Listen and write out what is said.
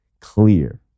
clear